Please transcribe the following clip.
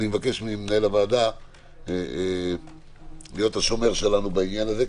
אני מבקש ממנהל הוועדה להיות השומר שלנו בנושא הזה,